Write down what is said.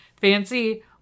Fancy